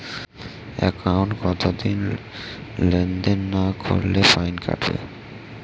একাউন্টে কতদিন লেনদেন না করলে ফাইন কাটবে?